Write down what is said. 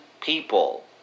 people